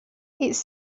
it’s